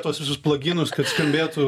tuos visus plaginus skambėtų